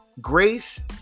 Grace